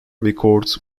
records